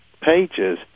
pages